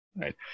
Right